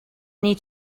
need